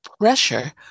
pressure